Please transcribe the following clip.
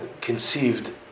conceived